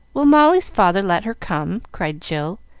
will molly's father let her come? cried jill,